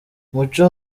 umuco